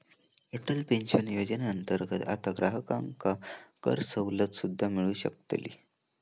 Atal pension योजनेअंतर्गत आता ग्राहकांका करसवलत सुद्दा मिळू शकतली